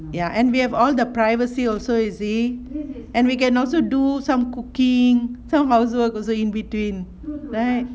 ya and we have all the privacy also you see and we can also do some cooking some housework also in between right